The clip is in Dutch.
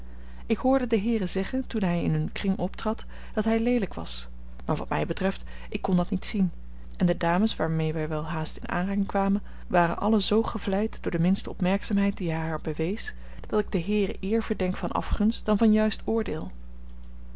ik hoorde de heeren zeggen toen hij in hun kring optrad dat hij leelijk was maar wat mij betreft ik kon dat niet zien en de dames waarmee wij welhaast in aanraking kwamen waren allen zoo gevleid door de minste opmerkzaamheid die hij haar bewees dat ik de heeren eer verdenk van afgunst dan van juist oordeel